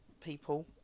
people